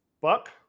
Buck